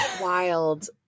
wild